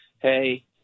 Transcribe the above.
hey